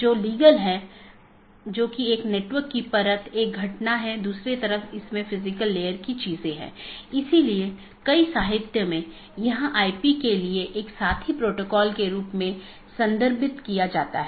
AS number जो network के माध्यम से मार्ग का वर्णन करता है एक BGP पड़ोसी अपने साथियों को पाथ के बारे में बताता है